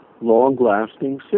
long-lasting